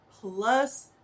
plus